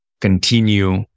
continue